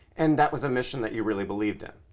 and that was a mission that you really believed in?